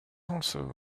also